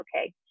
okay